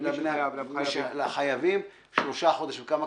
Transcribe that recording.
יינתן לחייבים -- -כמה?